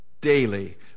daily